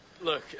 Look